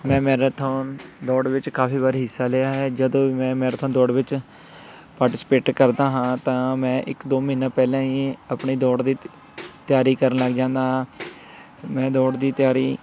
ਮੈਂ ਮੈਰਾਥੋਨ ਦੌੜ ਵਿੱਚ ਕਾਫੀ ਵਾਰੀ ਹਿੱਸਾ ਲਿਆ ਹੈ ਜਦੋਂ ਵੀ ਮੈਂ ਮੈਰਾਥੋਨ ਦੌੜ ਵਿੱਚ ਪਾਰਟੀਸਪੇਟ ਕਰਦਾ ਹਾਂ ਤਾਂ ਮੈਂ ਇੱਕ ਦੋ ਮਹੀਨੇ ਪਹਿਲਾਂ ਹੀ ਆਪਣੀ ਦੌੜ ਦੀ ਤਿਆਰੀ ਕਰਨ ਲੱਗ ਜਾਂਦਾ ਹਾਂ ਮੈਂ ਦੌੜ ਦੀ ਤਿਆਰੀ